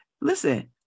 Listen